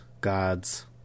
gods